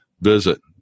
Visit